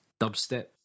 dubstep